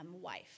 wife